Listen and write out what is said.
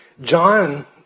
John